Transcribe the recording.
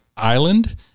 Island